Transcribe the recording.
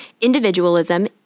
individualism